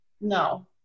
No